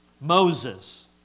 Moses